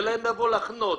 אין להם איפה לחנות.